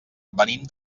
venim